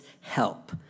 help